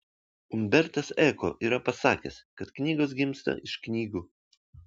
umbertas eko yra pasakęs kad knygos gimsta iš knygų